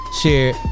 share